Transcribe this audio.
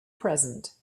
present